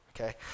okay